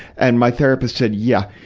and my therapist said, yeah.